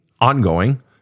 ongoing